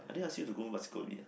I didn't ask you to go ah